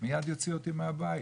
מייד יוציאו אותי מהבית.